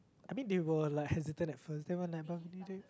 I mean they were like hesitant at first then when need it